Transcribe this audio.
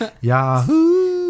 yahoo